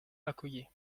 accoyer